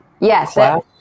Yes